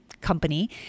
company